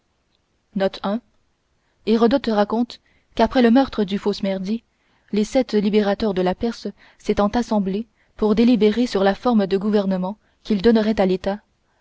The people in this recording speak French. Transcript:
note hérodote raconte qu'après le meurtre du faux smerdis les sept libérateurs de la perse s'étant assemblés pour délibérer sur la forme de gouvernement qu'ils donneraient à l'état